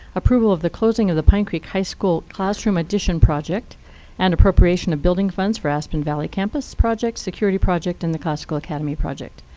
approval of the closing of the pine creek high school classroom addition project and appropriation of building funds for aspen valley campus project, security project, and the classical academy project.